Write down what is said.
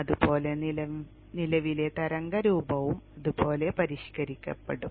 അതുപോലെ നിലവിലെ തരംഗ രൂപവും ഇതുപോലെ പരിഷ്ക്കരിക്കപ്പെടും